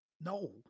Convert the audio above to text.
No